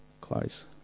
close